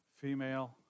female